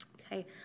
Okay